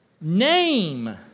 name